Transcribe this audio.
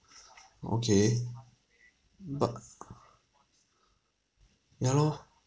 okay but uh ya lor